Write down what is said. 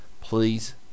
please